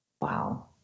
Wow